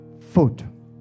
Food